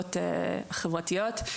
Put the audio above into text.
הרשתות החברתיות.